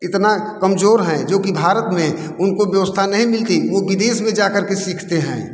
इतना कमजोर हैं जो कि भारत में उनको क्यावस्था नहीं मिलती वो विदेश में जा करके सीखते हैं